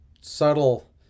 subtle